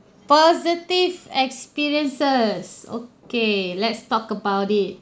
positive experiences okay let's talk about it